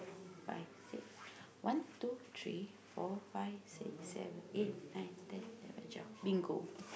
five six one two three four five six seven eight nine ten eleven twelve bingo